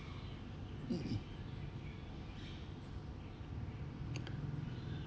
mm mm